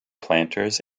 planters